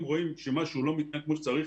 אם רואים שמשהו לא מתנהל כמו שצריך,